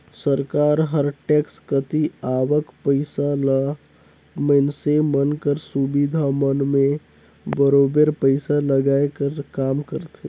सरकार हर टेक्स कती आवक पइसा ल मइनसे मन कर सुबिधा मन में बरोबेर पइसा लगाए कर काम करथे